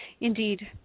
Indeed